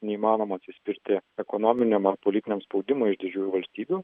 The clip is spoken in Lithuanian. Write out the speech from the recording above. neįmanoma atsispirti ekonominiam ar politiniam spaudimui iš didžiųjų valstybių